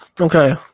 Okay